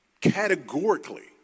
Categorically